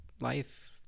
life